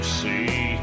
see